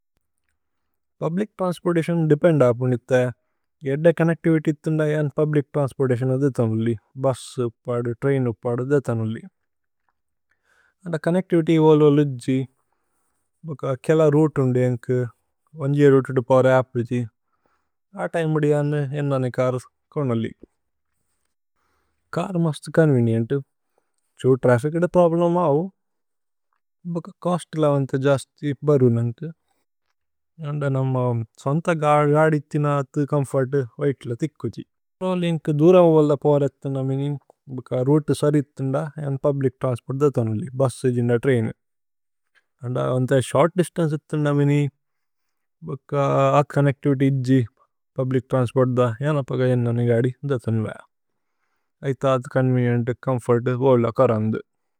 Public transportation depend അപു നിഥ, ഏദ്ദ ചോന്നേച്തിവിത്യ് ഇഥുന്ദ അജന് പുബ്ലിച് ത്രന്സ്പോര്തതിഓന് അധ തനുല്ലി। ഭുസ് ഉപദു, ത്രൈന് ഉപദു, അധ തനുല്ലി। അധ ചോന്നേച്തിവിത്യ് ഓലോ ലുജ്ജി, ബോക കേല രോഉതേ ഉന്ദി ഏന്കു, ഓന്ജി രോഉതേ തുതു പൌര അപു ജി, അഥ തിമേ ബുദി അനു ഏന്നനി ചര് കോനുല്ലി। ഛര് മുസ്തു ചോന്വേനിഏന്തു, ഛുവു ത്രഫ്ഫിചുദേ പ്രോബ്ലേമു അവു, ബോക കോസ്തില വന്ത ജസ്തി ബരു നന്കു। അധ നമ സോന്ഥ ഗദി ഇഥിന അഥ ചോമ്ഫോര്തു, വിത്ല ഥിക്കു ജി। ഏന്കു ദുര ഓല പോര ഏഥു നമിനി, ബോക രോഉതേ സരിഥുന്ദ ഏന്നു പുബ്ലിച് ത്രന്സ്പോര്ത് അധ തനുല്ലി, ബുസ് ഉജിന്ദ ത്രൈനു। ഓന്ദ ഉന്ദ ശോര്ത് ദിസ്തന്ചേ ഇഥു നമിനി, ബോക അഥ ചോന്നേച്തിവിത്യ് ഉജ്ജി, പുബ്ലിച് ത്രന്സ്പോര്ത് അധ ഏന്ന പഗ ഏന്നനി ഗദി അധ തനു മേഅ। ഐഥ അഥ ചോന്വേനിഏന്തു, ചോമ്ഫോര്തു, ഓല കരന്ദു।